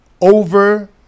over